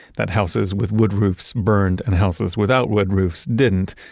that houses with wood roofs burned and houses without wood roofs didn't,